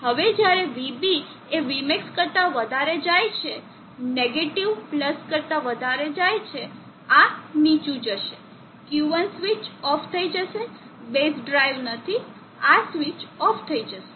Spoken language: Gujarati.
હવે જ્યારે vB એ vmax કરતા વધારે જાય છે નેગેટીવ પ્લસ કરતા વધારે જાય છે આ નીચું જશે Q1 સ્વિચ ઓફ થઈ જશે બેઝ ડ્રાઇવ નથી આ સ્વિચ ઓફ થઈ જશે